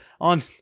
on